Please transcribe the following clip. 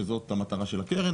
שזו המטרה של הקרן,